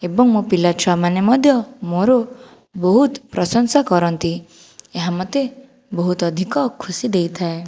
ଏବଂ ମୋ ପିଲାଛୁଆମାନେ ମଧ୍ୟ ମୋର ବହୁତ ପ୍ରଶଂସା କରନ୍ତି ଏହା ମୋତେ ବହୁତ ଅଧିକ ଖୁସି ଦେଇଥାଏ